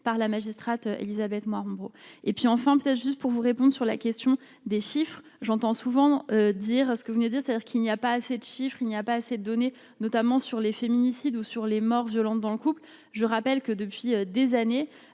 par la magistrate Élisabeth et puis enfin, peut-être juste pour vous réponde sur la question des chiffres, j'entends souvent dire à ce que vous venez dire, c'est-à-dire qu'il n'y a pas assez de chiffres, il n'y a pas assez donné, notamment sur les féminicides ou sur les morts violentes dans le couple, je rappelle que, depuis des années,